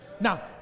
now